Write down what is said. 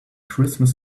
christmas